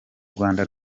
rwanda